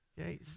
Okay